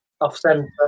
off-centre